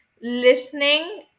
listening